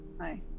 Hi